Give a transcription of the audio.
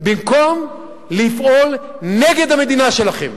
במקום לפעול נגד המדינה שלכם,